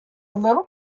little